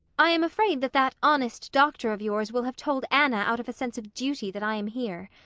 i am afraid that that honest doctor of yours will have told anna out of a sense of duty that i am here.